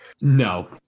No